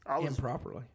Improperly